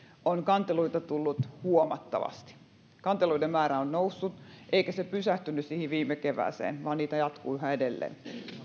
on kanteluita tullut huomattavasti kanteluiden määrä on noussut eikä se pysähtynyt siihen viime kevääseen vaan niitä tulee yhä edelleen